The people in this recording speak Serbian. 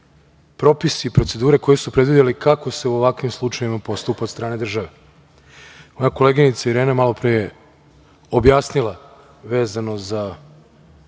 propisi i procedure koje su predvideli kako se u ovakvim slučajevima postupa od strane države. Moja koleginica Irena malopre je objasnila vezano za